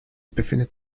befindet